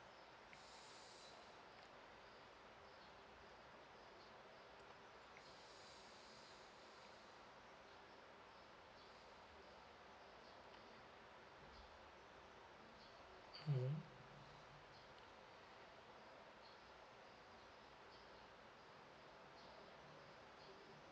mmhmm